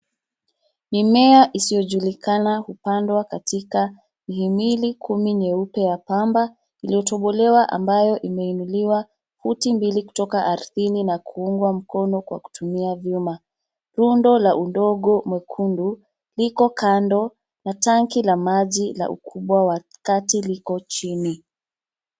Mimea isiyojulikana hupandwa katika mihimili kumi nyeupe ya pamba iliyotombolewa ambayo imeinuliwa futi mbili kutoka ardhini na kuungwa mkono kwa kutumia vyuma. Rundo la udongo mwekundu liko kando na tanki la maji la ukubwa wa kati liko chini.